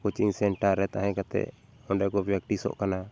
coaching center ᱨᱮ ᱛᱟᱦᱮᱸ ᱠᱟᱛᱮᱫ ᱚᱸᱰᱮ ᱠᱚ ᱯᱨᱮᱠᱴᱤᱥᱚᱜ ᱠᱟᱱᱟ